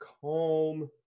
calm